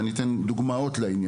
אני גם אתן דוגמאות לעניין,